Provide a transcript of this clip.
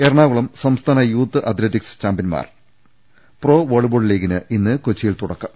എറണാകുളം സംസ്ഥാന youth athletics ചാമ്പ്യൻമാർ pro volleyball ലീഗിന് ഇന്ന് കൊച്ചിയിൽ തുടക്കം